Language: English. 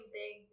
big